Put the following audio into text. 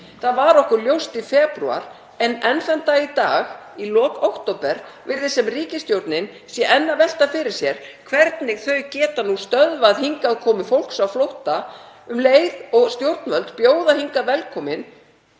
Það var okkur ljóst í febrúar en enn þann dag í dag, í lok október, virðist sem ríkisstjórnin sé enn að velta fyrir sér hvernig hún geti stöðvað hingaðkomu fólks á flótta um leið og stjórnvöld bjóða flóttafólk velkomið